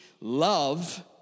love